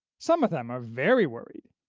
some of them are very worried.